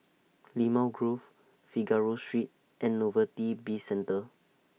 Limau Grove Figaro Street and Novelty Bizcentre